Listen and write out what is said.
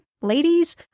ladies